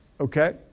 Okay